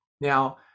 Now